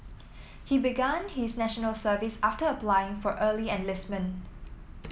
he began his National Service after applying for early enlistment